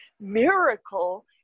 miracle